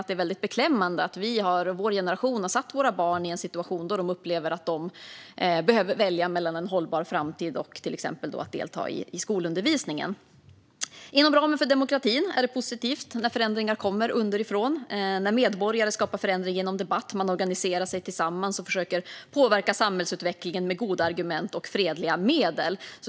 Det är beklämmande att vi och vår generation har försatt våra barn i en situation där de upplever att de behöver välja mellan en hållbar framtid och till exempel att delta i skolundervisningen. Inom ramen för demokratin är det positivt när förändringar kommer underifrån och när medborgare skapar förändring genom debatt, organiserar sig tillsammans och försöker påverka samhällsutvecklingen med goda argument och fredliga medel.